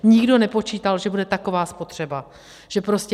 Nikdo nepočítal, že bude taková spotřeba, že prostě...